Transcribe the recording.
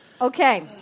Okay